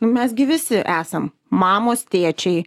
mes gi visi esam mamos tėčiai